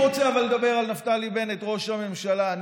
אני רוצה לדבר על נפתלי בנט, ראש הממשלה.